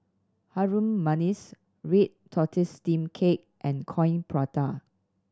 Harum Manis red tortoise steamed cake and Coin Prata